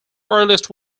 earliest